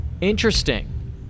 Interesting